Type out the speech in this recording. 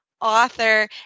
author